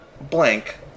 Blank